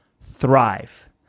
thrive